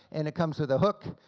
and it comes with a hook,